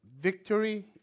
Victory